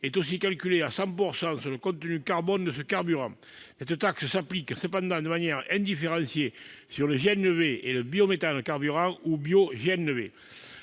est aussi calculé à 100 % sur le contenu carbone de ce carburant. Cette taxe s'applique cependant de manière indifférenciée sur le GNV et le biométhane carburant, ou bioGNV.